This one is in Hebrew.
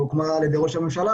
שהוקמה על ידי ראש הממשלה,